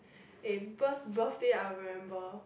in birth~ birthday I remember